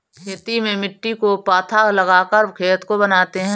खेती में मिट्टी को पाथा लगाकर खेत को बनाते हैं?